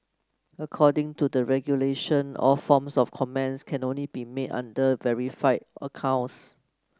according to the regulation all forms of comments can only be made under verified accounts